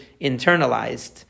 internalized